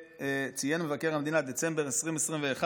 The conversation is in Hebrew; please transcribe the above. שציין מבקר המדינה, דצמבר 2021,